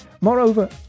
moreover